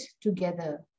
together